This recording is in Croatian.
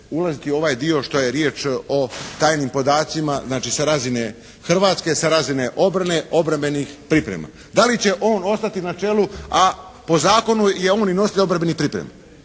ulaziti u ovaj dio što je riječ o tajnim podacima znači sa razine Hrvatske, sa razine obrane, obrambenih priprema. Da li će on ostati na čelu, a po zakonu je on i nositelj obrambenih priprema.